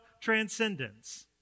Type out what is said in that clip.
transcendence